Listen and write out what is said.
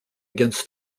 against